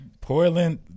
Portland